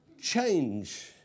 change